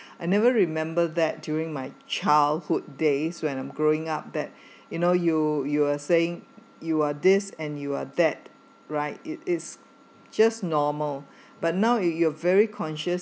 I never remember that during my childhood days when I'm growing up that you know you you were saying you are this and you are that right it it's just normal but now you you're very conscious